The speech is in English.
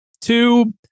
two